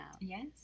Yes